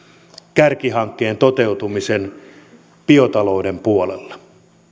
kärkihankkeen toteutumisen biotalouden puolella